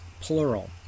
plural